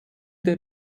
der